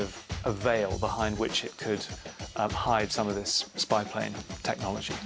of a veil behind which it could hide some of this spy plane technology